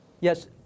Yes